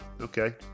Okay